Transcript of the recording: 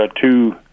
two